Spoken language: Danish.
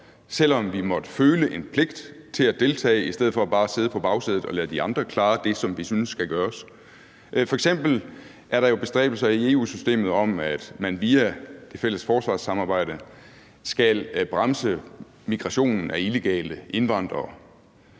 selv om vi måtte føle en pligt til at deltage i stedet for bare at sidde på bagsædet og lade de andre klare det, som vi synes skal gøres. F.eks. er der jo bestræbelser i EU-systemet for via det fælles forsvarssamarbejde at bremse migrationen af illegale indvandrere